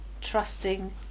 trusting